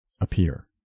appear